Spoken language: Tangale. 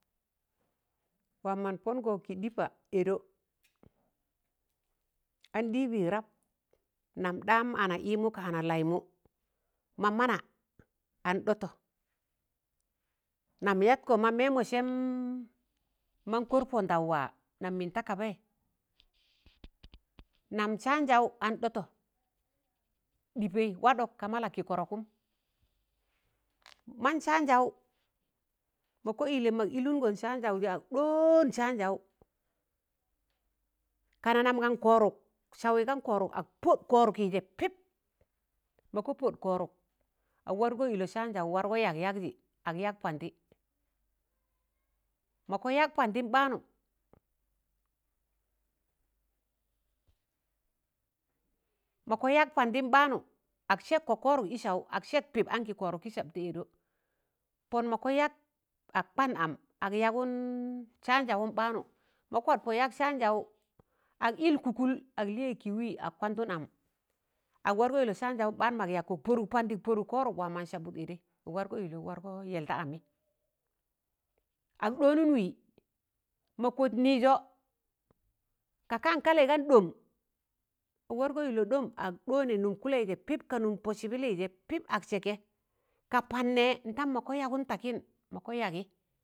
wam man pọngọ kị ɗịpa, ẹdọ, an ɗịbị rap nam ɗaam ịna ịmụ, kana ana lai mụ ma mana anɗọtọ, nam yatkọ ma mẹmọ sẹm man kọr pọn dọụ wa nam min ta kabai nam sa'anjaụ an ɗọto,̣ ɗịpẹi wadọk ka ma lakịkọrọkụm, maan sa'anjaụ mọ kọ ịllẹm mọk ịlụn gọn saanjaụ ja ɗọọn saanjaụ kana nan nam gan kọọrọk, sawị gan kọọrọk ag pọd kọọrọgị sẹ pịp mọ kọ pọ'kọọrọk, ag wargọ ịlọ saanjaụ yag yagjị ag yag pandị mọ kọ yag pandịm ɓ̣aanụ mọ kọ yag pandịm ɓaanụ, ag sẹkkọ kọọrọk ị saụ, ag sẹk pịp ankị kọọrọk kị sabtẹ ẹdọ, pọn mọ kọ yag ag kwand am ag yagụn saanjawụm ɓaanụ mọk kwa a pọ yag saanjaụ ag ịlkụkụl ag lịyẹ kị wị, ag kwandụn am, ag wargọ ịlọ saanjawụn ɓaan mọk yakọ, pọrụk pandi pọrụk kọọrọk wam mọ sabụt ẹdẹi ag wargọ ilọ ag yẹl da amị, ag ɗọọnụn wị mọ kọt nịịjọ, ka kaan kalẹị gan ɗọm, ag wargọ ịlọ ɗọm ag ɗọọnẹ nụm kụlẹị jẹ pịp ka nụm pọ sịbịlị ag sẹkẹ ka pand nẹ ntam mọ ga yagụn takịn, mọ ga yagị.